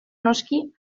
noski